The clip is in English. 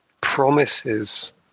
promises